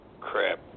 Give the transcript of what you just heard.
Crap